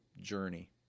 journey